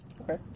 Okay